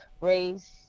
race